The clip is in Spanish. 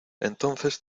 entonces